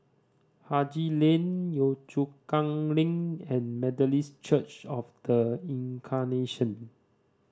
Haji Lane Yio Chu Kang Link and Methodist Church Of The Incarnation